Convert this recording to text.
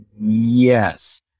yes